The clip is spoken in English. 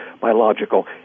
biological